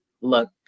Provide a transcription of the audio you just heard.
look